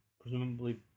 presumably